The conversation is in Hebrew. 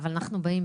אבל אנחנו באים,